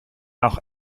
nach